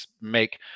make